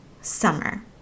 summer